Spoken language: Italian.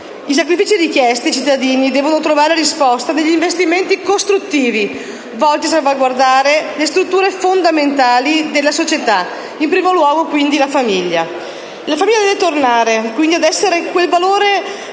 I sacrifici richiesti ai cittadini devono trovare risposta negli investimenti costruttivi volti a salvaguardare le strutture fondamentali della società, in primo luogo quindi la famiglia. La famiglia deve tornare ad essere quel valore